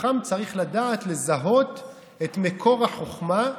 חכם צריך לדעת לזהות את מקור החוכמה,